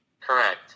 Correct